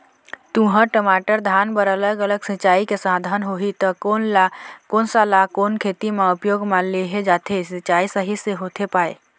तुंहर, टमाटर, धान बर अलग अलग सिचाई के साधन होही ता कोन सा ला कोन खेती मा उपयोग मा लेहे जाथे, सिचाई सही से होथे पाए?